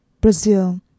Brazil